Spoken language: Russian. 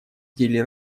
деле